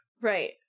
Right